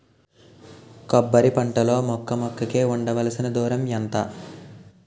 కొబ్బరి పంట లో మొక్క మొక్క కి ఉండవలసిన దూరం ఎంత